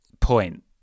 point